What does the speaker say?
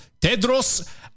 Tedros